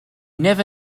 never